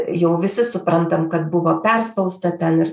jau visi suprantam kad buvo perspausta ten ir